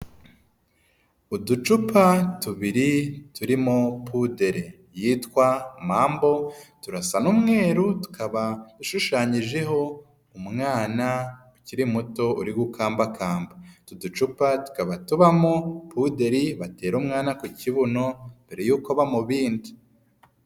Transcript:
Uducupa tubiri turimo puderi yitwa Mambo, turasa n'umweru tukaba dushushanyijeho umwana ukiri muto uri gukambakamba, utu ducupa tukaba tubamo puderi batera umwana ku kibuno mbere y'uko bamubinda.